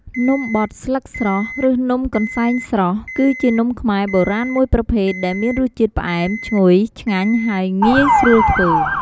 នំបត់ស្លឹកស្រស់ ឬនំកន្សែងស្រស់ គឺជានំខ្មែរបុរាណមួយប្រភេទដែលមានរសជាតិផ្អែម ឈ្ងុយ ឆ្ងាញ់ ហើយងាយស្រួលធ្វើ។